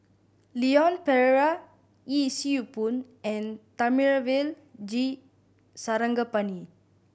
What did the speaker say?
Leon Perera Yee Siew Pun and Thamizhavel G Sarangapani